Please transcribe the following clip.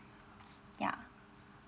yeah